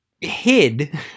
hid